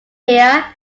here